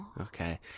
Okay